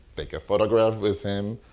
take a photograph with him.